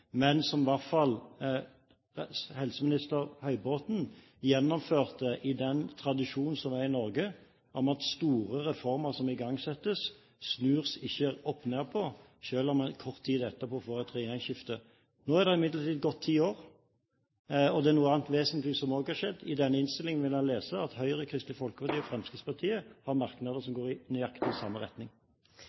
men som i hvert fall daværende helseminister Dagfinn Høybråten gjennomførte i den tradisjonen som er i Norge, at store reformer som igangsettes, snus det ikke opp ned på, selv om man kort tid etterpå får et regjeringsskifte. Nå er det imidlertid gått ti år, og det er noe annet vesentlig som også har skjedd. I denne innstillingen vil man kunne lese at Høyre, Kristelig Folkeparti og Fremskrittspartiet har merknader som går i nøyaktig samme retning.